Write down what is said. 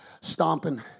stomping